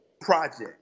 project